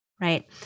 right